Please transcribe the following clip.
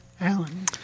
Alan